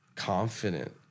confident